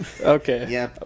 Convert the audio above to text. Okay